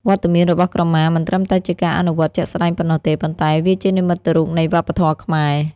វត្តមានរបស់ក្រមាមិនត្រឹមតែជាការអនុវត្តជាក់ស្តែងប៉ុណ្ណោះទេ ប៉ុន្តែវាជានិមិត្តរូបនៃវប្បធម៌ខ្មែរ។